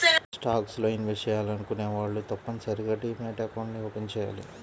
stocks లో invest చెయ్యాలనుకునే వాళ్ళు తప్పనిసరిగా డీమ్యాట్ అకౌంట్ని ఓపెన్ చెయ్యాలి